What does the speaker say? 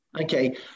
Okay